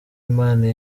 imana